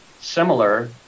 similar